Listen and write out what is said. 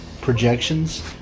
projections